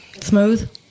Smooth